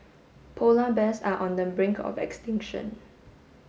polar bears are on the brink of extinction